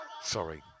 Sorry